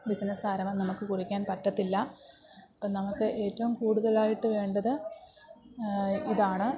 ബിസിനസ്സാരംഭം നമുക്ക് കുറിക്കാൻ പറ്റത്തില്ല നമുക്ക് ഏറ്റവും കൂടുതലായിട്ട് വേണ്ടത് ഇതാണ്